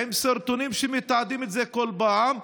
עם סרטונים שמתעדים את זה כל פעם,